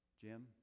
Jim